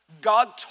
God